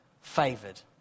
favored